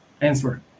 answer